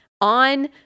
on